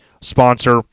sponsor